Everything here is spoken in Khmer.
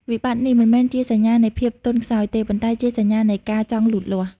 វិបត្តិនេះមិនមែនជាសញ្ញានៃភាពទន់ខ្សោយទេ ប៉ុន្តែជាសញ្ញានៃការចង់លូតលាស់។